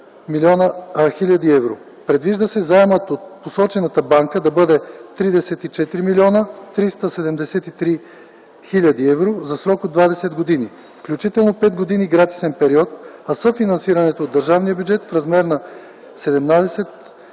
556 хил. евро. Предвижда се заемът от посочената банка да бъде 34 млн. 373 хил. евро за срок от 20 години, включително 5 години гратисен период, а съфинансирането от държавния бюджет – в размер на 17 млн.